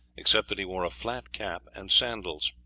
except that he wore a flat cap and sandals.